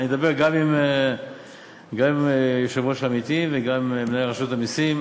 אני אדבר גם עם היושב-ראש עמיתי וגם עם מנהל רשות המסים,